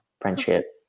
friendship